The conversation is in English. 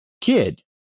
kid